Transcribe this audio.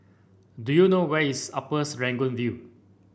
do you know where is Upper Serangoon View